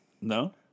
No